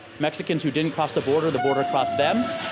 mexicans who didn't cross the border, the border crossed them.